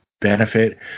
benefit